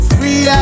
Free